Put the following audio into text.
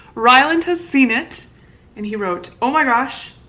ryland has seen it and he wrote oh my gosh,